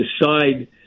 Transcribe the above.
decide